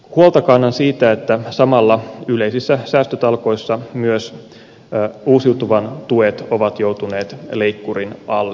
huolta kannan siitä että samalla yleisissä säästötalkoissa myös uusiutuvan tuet ovat joutuneet leikkurin alle